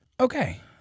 Okay